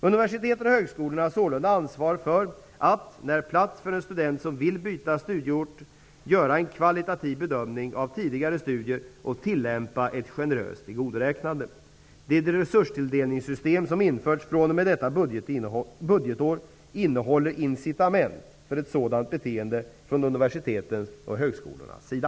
Universiteten och högskolorna har sålunda ansvar för att, när plats finns för en student som vill byta studieort, göra en kvalitativ bedömning av tidigare studier och tillämpa ett generöst tillgodoräknande. detta budgetår innehåller incitament för ett sådant beteende från universitetens och högskolornas sida.